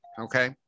Okay